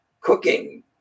cooking